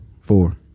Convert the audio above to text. four